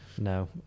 No